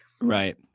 Right